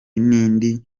n’indi